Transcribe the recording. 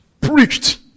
preached